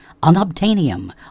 unobtainium